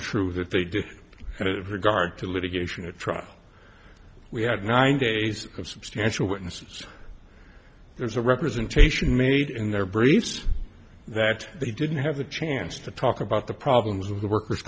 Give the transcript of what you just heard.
true that they did regard to litigation a trial we had nine days of substantial witnesses there's a representation made in their briefs that they didn't have a chance to talk about the problems of the workers